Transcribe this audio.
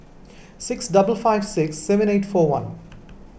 six double five six seven eight four one